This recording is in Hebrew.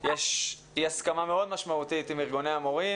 יש אי הסכמה מאוד משמעותית עם ארגוני המורים.